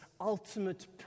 ultimate